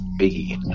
Biggie